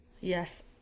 Yes